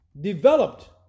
Developed